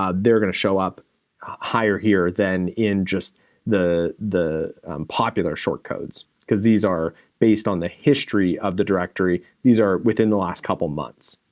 um they're gonna show up higher here than in just the the popular short codes, because these are based on the history of the directory, these are within the last couple months.